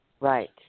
Right